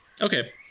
Okay